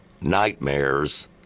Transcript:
nightmares